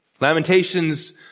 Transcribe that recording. Lamentations